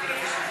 להצביע.